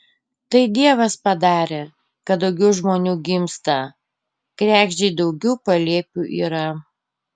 tai dievas padarė kad daugiau žmonių gimsta kregždei daugiau palėpių yra